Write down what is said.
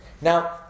Now